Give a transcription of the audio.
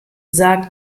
sagt